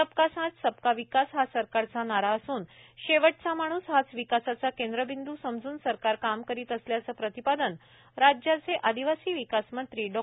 संबका साथ संबका विकास हा संरकारचा नारा असून शेवटचा माणूस हाच विकासाचा केंद्रबिंदू समजून सरकार काम करीत असल्याचे प्रतिपादन राज्याचे आदिवासी विकास मंत्री डॉ